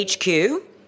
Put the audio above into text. HQ